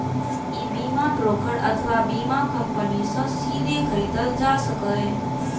ई बीमा ब्रोकर अथवा बीमा कंपनी सं सीधे खरीदल जा सकैए